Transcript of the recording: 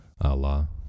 Allah